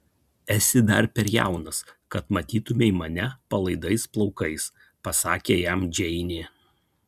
esi dar per jaunas kad matytumei mane palaidais plaukais pasakė jam džeinė